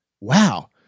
wow